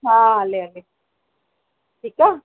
हा हले हले ठीकु आहे